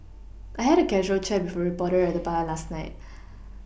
I had a casual chat with a reporter at the bar last night